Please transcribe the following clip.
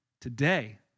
today